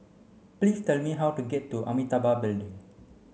please tell me how to get to Amitabha Building